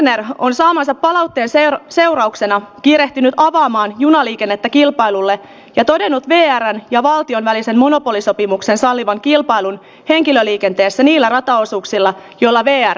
närhi on saamassa paahteisella seurauksena kiirehtinyt kohtaamaan junaliikennettä kilpailulle ja todennut nehän ja valtion välisen monopolisopimuksen sallivan kilpailun lenkillä liikenteessä millä rataosuuksilla joilla beijar